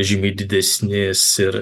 žymiai didesnės ir